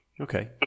okay